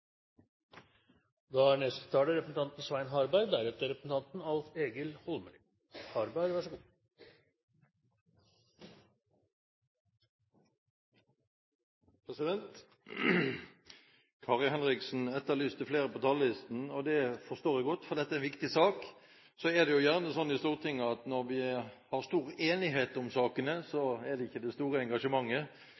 Kari Henriksen etterlyste flere på talerlisten, og det forstår jeg godt, for dette er en viktig sak. Så er det jo gjerne sånn i Stortinget at når det er stor enighet om sakene,